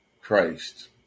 Christ